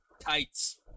tights